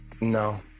No